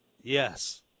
Yes